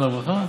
מה רוצים?